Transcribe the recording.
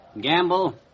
Gamble